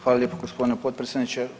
Hvala lijepo gospodine potpredsjedniče.